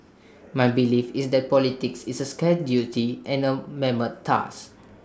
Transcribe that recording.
my belief is that politics is A scared duty and A mammoth task